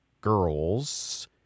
girls